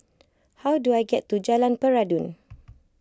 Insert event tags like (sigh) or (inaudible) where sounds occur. (noise) how do I get to Jalan Peradun (noise)